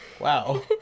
Wow